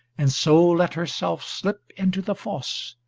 and so let herself slip into the fosse,